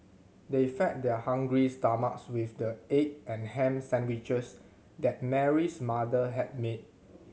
they fed their hungry stomachs with the egg and ham sandwiches that Mary's mother had made